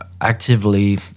actively